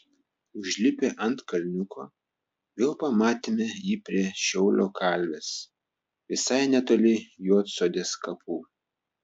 užlipę ant kalniuko vėl pamatėme jį prie šiaulio kalvės visai netoli juodsodės kapų